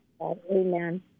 Amen